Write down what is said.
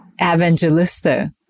evangelista